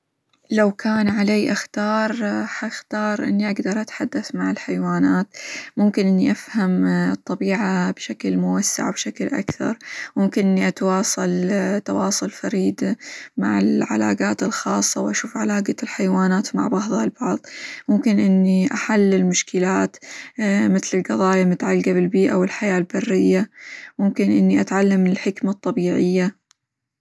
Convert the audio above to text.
لو كان علي أختار هختار إني أقدر أتحدث مع الحيوانات، ممكن إني أفهم الطبيعة بشكل موسع، وبشكل أكثر، ممكن إني أتواصل تواصل فريد مع العلاقات الخاصة، وأشوف علاقات الحيوانات مع بعظها البعظ، ممكن إني أحلل مشكلات مثل: القظايا المتعلقة بالبيئة، والحياة البرية، ممكن إني أتعلم من الحكمة الطبيعية.